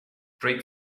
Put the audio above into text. break